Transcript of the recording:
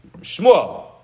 Shmuel